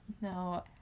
no